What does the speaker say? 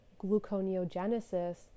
gluconeogenesis